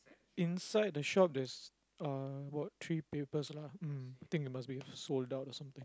inside the shop there's uh about three papers lah mm think it must be sold out or something